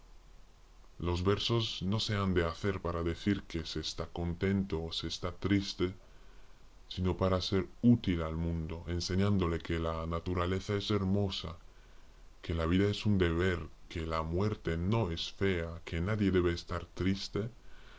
los versos no se han de hacer para decir que se está contento o se está triste sino para ser útil al mundo enseñándole que la naturaleza es hermosa que la vida es un deber que la muerte no es fea que nadie debe estar triste